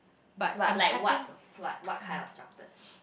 but like what what what kind of chocolate